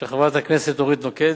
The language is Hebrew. של חברת הכנסת אורית נוקד.